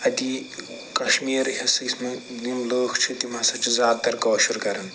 اِتہِ کشمیرٕکۍ یِم لوٗکھ چھِ تِم ہسا چھِ زیادٕ تر کٲشر کران